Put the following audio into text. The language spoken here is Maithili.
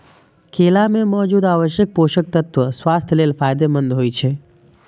केला मे मौजूद आवश्यक पोषक तत्व स्वास्थ्य लेल फायदेमंद होइ छै